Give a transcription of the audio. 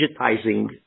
digitizing